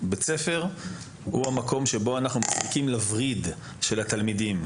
בית ספר הוא המקום שבו אנחנו מזקקים לווריד של התלמידים,